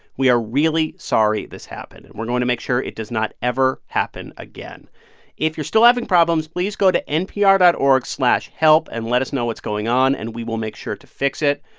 we are really sorry this happened, and we're going to make sure it does not ever happen again if you're still having problems, please go to npr dot org slash help and let us know what's going on, and we will make sure to fix it.